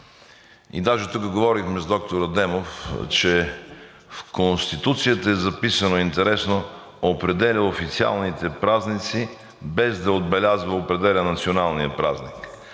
Даже тук говорихме с доктор Адемов, че в Конституцията е записано интересно: „Определя официалните празници", без да отбелязва „определя националния празник",